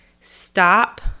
stop